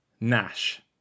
nash